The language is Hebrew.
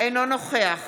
אינו נוכח